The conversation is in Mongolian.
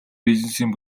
бизнесийн